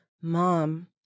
Mom